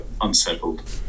unsettled